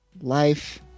life